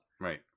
Right